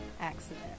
accident